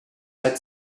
had